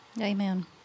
Amen